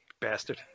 bastard